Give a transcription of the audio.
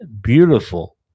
beautiful